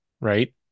right